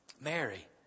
Mary